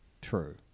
true